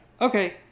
Okay